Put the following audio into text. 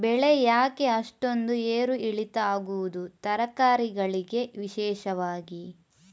ಬೆಳೆ ಯಾಕೆ ಅಷ್ಟೊಂದು ಏರು ಇಳಿತ ಆಗುವುದು, ತರಕಾರಿ ಗಳಿಗೆ ವಿಶೇಷವಾಗಿ?